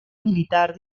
militar